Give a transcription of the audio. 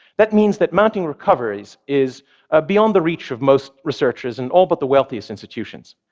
that means that mounting recoveries is beyond the reach of most researchers and all but the wealthiest institutions.